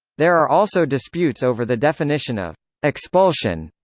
there are also disputes over the definition of expulsion,